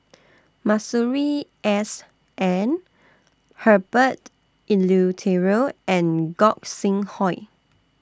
Masuri S N Herbert Eleuterio and Gog Sing Hooi